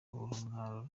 urugamba